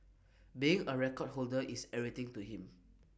being A record holder is everything to him